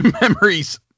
memories